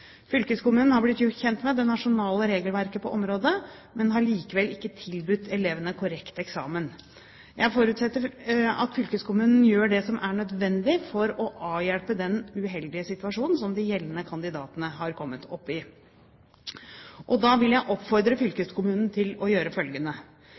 Fylkeskommunen har blitt gjort kjent med det nasjonale regelverket på området, men har likevel ikke tilbudt elevene korrekt eksamen. Jeg forutsetter at fylkeskommunen gjør det som er nødvendig for å avhjelpe den uheldige situasjonen som de gjeldende kandidatene har kommet opp i. Og da vil jeg oppfordre